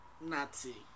Nazi